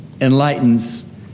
enlightens